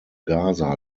gaza